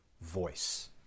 voice